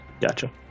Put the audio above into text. gotcha